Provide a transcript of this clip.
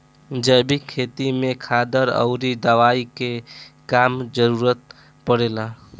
जैविक खेती में खादर अउरी दवाई के कम जरूरत पड़ेला